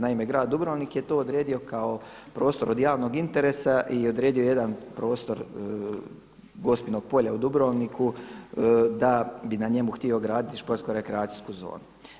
Naime, grad Dubrovnik je to odredio kao prostor od javnog interesa i odredio je jedan prostor Gospinog polja u Dubrovniku da bi na njemu htio graditi športsko-rekreacijsku zonu.